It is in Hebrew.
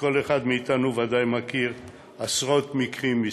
וכל אחד מאתנו ודאי מכיר עשרות מקרים מסביבו.